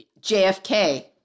JFK